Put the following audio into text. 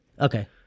Okay